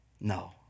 No